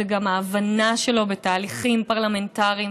זו גם ההבנה שלו בתהליכים פרלמנטריים,